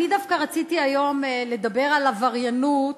אני דווקא רציתי היום לדבר על עבריינות